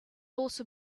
also